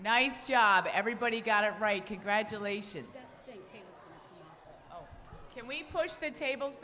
nice job everybody got it right congratulations can we push the tables